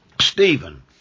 Stephen